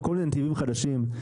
הכול לנתיבים חדשים.